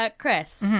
ah chris,